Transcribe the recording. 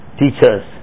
teachers